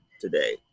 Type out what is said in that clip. today